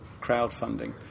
crowdfunding